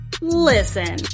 Listen